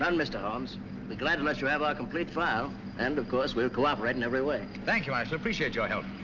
and mr. holmes. i'd be glad let you have our complete file and of course we'll cooperate in every way. thank you. i shall appreciate your help,